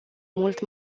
mult